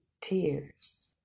tears